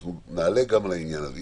אנחנו נעלה גם על העניין הזה.